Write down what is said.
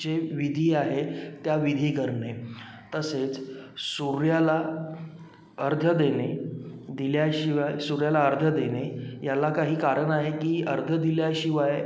जे विधी आहेत त्या विधी करणे तसेच सूर्याला अर्घ्य देने दिल्याशिवाय सूर्याला अर्घ्य देणे याला काही कारण आहे की अर्घ्य दिल्याशिवाय